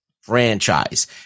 franchise